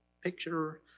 picture